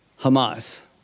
Hamas